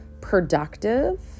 productive